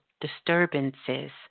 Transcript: disturbances